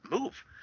move